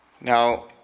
Now